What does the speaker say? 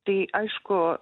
tai aišku